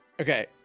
Okay